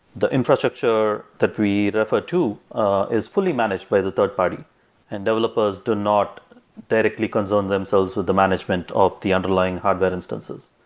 the infrastructure that we refer to is fully managed by the third party and developers do not directly concern themselves with the management of the underlying hardware instances.